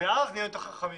ואז נהיה יותר חכמים.